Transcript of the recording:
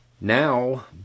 Now